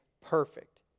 perfect